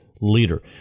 leader